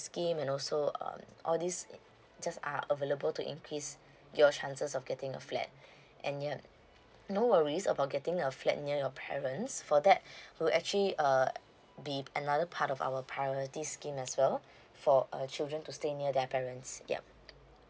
scheme and also uh all these it just are available to increase your chances of getting a flat and ya no worries about getting a flat near your parents for that who actually uh be another part of our priority scheme as well for uh children to stay near their parents yup